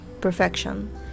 perfection